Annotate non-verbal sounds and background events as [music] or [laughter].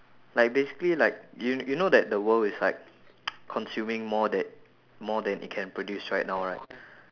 like basically like you you know that the world is like [noise] consuming more tha~ more than it can produce right now right